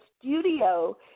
studio –